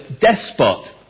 despot